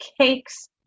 cakes